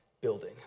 building